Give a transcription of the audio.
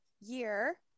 year